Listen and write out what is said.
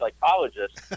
psychologist